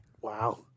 Wow